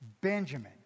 Benjamin